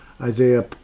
Isaiah